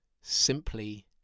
simply